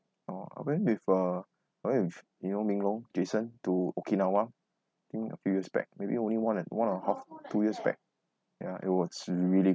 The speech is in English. oh I went before uh I went with you know ming long jason to okinawa think a few years back maybe only one and one or half two years back ya it was really